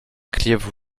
clive